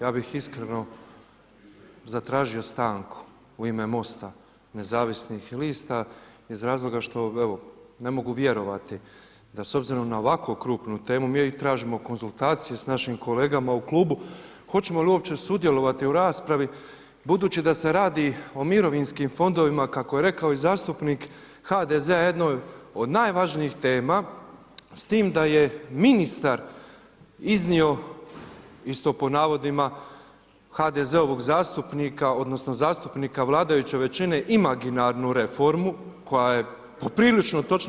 Ja bih iskreno zatražio stanku u ime Mosta nezavisnih lista iz razloga što evo ne mogu vjerovati da s obzirom na ovako krupnu temu, mi tražimo konzultacije s našim kolegama u klubu hoćemo li uopće sudjelovati u raspravi budući da se radi o mirovinskim fondovima kako je rekao i zastupnika HDZ-a jednoj od najvažnijih tema s tim da je ministar iznio isto po navodima HDZ-ovog zastupnika odnosno zastupnika vladajuće većine imaginarnu reformu koja je poprilično točna.